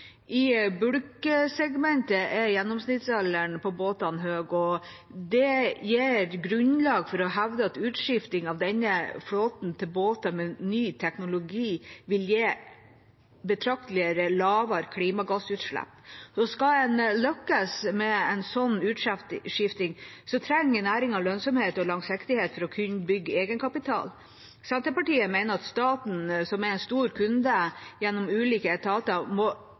I bulksegmentet er gjennomsnittsalderen på båtene høy. Dette gir grunnlag for å hevde at utskifting av denne flåten til båter med ny teknologi vil gi betraktelig lavere klimagassutslipp. Skal en lykkes med en slik utskifting, trenger næringen lønnsomhet og langsiktighet for å kunne bygge egenkapital. Senterpartiet mener at staten, som er en stor kunde gjennom ulike etater, må